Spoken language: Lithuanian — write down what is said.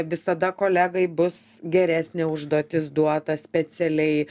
visada kolegai bus geresnė užduotis duota specialiai